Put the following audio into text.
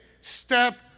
step